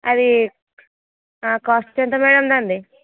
అది కాస్ట్ ఎంత మేడం దానిది